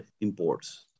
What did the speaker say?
imports